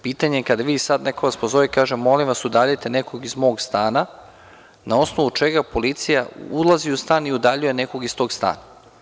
Pitanje je sada kada vas neko pozove i kaže – molim vas, udaljite nekog iz mog stana, na osnovu čega policija ulazi u stan i udaljuje nekog iz tog stana?